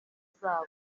zabo